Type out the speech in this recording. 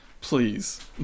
Please